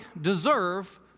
deserve